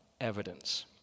evidence